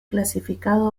clasificado